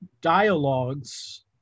dialogues